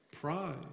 pride